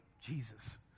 Jesus